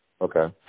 Okay